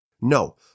No